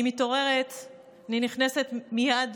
אני מתעוררת ואני נכנסת מייד